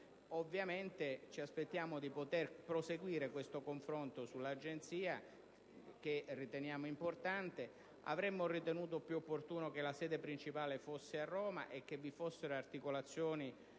emendamenti. Ci aspettiamo di poter proseguire il confronto sull'Agenzia, poiché lo consideriamo importante. Avremmo ritenuto più opportuno che la sede principale fosse a Roma e che vi fossero articolazioni,